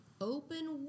open